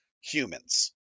humans